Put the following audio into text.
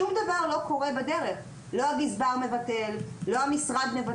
שום דבר לא קורה בדרך; אף אחד לא מבטל על ראשו.